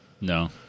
No